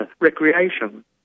recreation